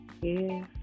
Yes